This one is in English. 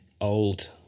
old